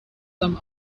some